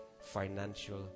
financial